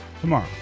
tomorrow